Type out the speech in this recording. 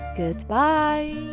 goodbye